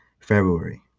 February